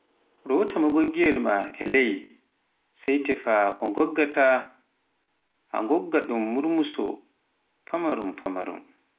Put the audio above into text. Nroota magoggirgel ma e ley sai tefa ko ngoggawata, a ngogga ɗum murmuso famaarum-famaarum.